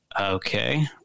okay